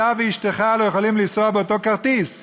אתה ואשתך לא יכולים לנסוע באותו כרטיס,